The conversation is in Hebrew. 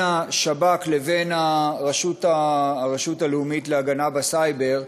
השב"כ לבין הרשות הלאומית להגנה בסייבר,